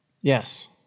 yes